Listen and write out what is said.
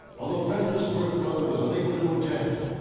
although brenda's birth mother was unable to attend,